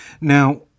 Now